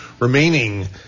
remaining